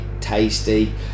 tasty